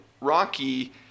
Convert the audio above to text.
Rocky